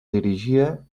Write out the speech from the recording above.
dirigia